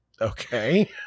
okay